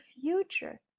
future